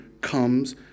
comes